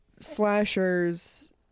Slashers